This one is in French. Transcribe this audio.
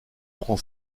prend